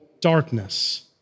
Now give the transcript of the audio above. darkness